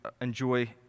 Enjoy